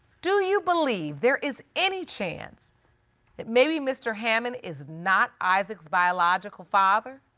do you believe there is any chance that maybe mr. hammond is not isaac's biological father?